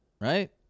right